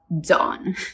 done